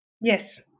Yes